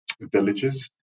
villages